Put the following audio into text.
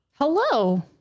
Hello